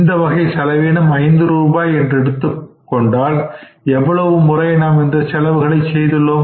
இந்த வகை செலவினம் 5 ரூபாய் என்று எடுத்துக்கொண்டால் எவ்வளவு முறை நாம் இந்தசெலவுகளை செய்துள்ளோம்